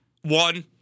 One